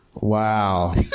Wow